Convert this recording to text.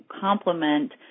complement